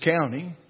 county